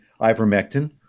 ivermectin